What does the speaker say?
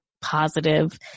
positive